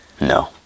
No